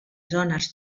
zones